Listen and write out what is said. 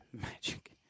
Magic